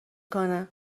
کنه